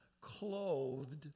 clothed